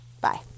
Bye